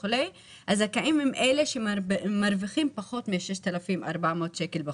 הזכאים הם אלה שמרוויחים פחות מ-6,400 שקלים בחודש.